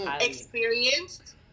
experienced